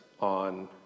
on